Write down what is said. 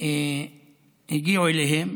הגיעו אליהם,